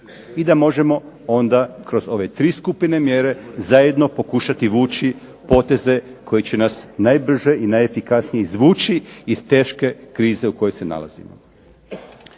i da možemo onda kroz ove tri skupine mjera zajedno pokušati vući poteze koji će nas najbrže i najefikasnije izvući iz teške krize u kojoj se nalazimo.